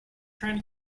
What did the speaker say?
trying